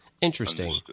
Interesting